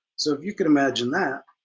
so if you could imagine that,